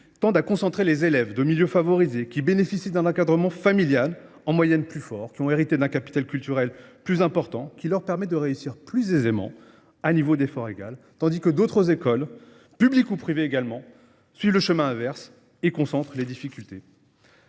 tendent à concentrer les élèves de milieux favorisés, ceux qui bénéficient d’un encadrement familial plus fort et qui ont hérité d’un capital culturel plus important, qui peuvent ainsi réussir plus aisément à niveau d’effort égal, tandis que d’autres écoles, publiques ou privées également, suivent le chemin inverse et concentrent les difficultés.